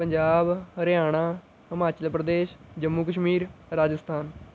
Punjab Haryana Himachal Pradesh Jammu Kashmir Rajasthan